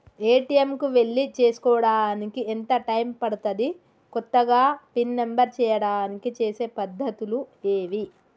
ATM కు వెళ్లి చేసుకోవడానికి ఎంత టైం పడుతది? కొత్తగా పిన్ నంబర్ చేయడానికి చేసే పద్ధతులు ఏవి?